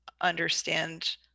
understand